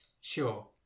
sure